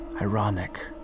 Ironic